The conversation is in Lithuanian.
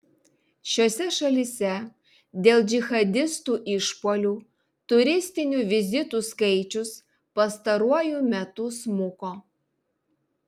šiose šalyse dėl džihadistų išpuolių turistinių vizitų skaičius pastaruoju metu smuko